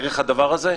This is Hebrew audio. דרך זה?